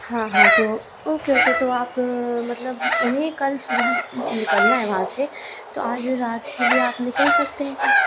हाँ हाँ तो ओके ओके तो आप मतलब उन्हें कल सुबह निकलना है वहाँ से तो आज रात के लिए आप निकल सकते हैं क्या